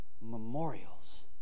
memorials